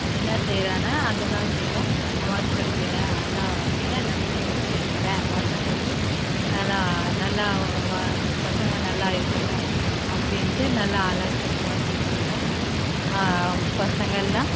என்ன செய்கிறனா அதை தான் செய்கிறேன் நமாஸ் படிக்குவேன் அல்லா மேலே நம்பிக்கை வச்சுருக்குறேன் பசங்களுக்கு நல்லா நல்லா வ பசங்கள் நல்லா இருக்கணும் அப்படின்ட்டு நல்லா அல்லா கிட்ட துவா செஞ்சுக்குவேன் பசங்கெல்லாம்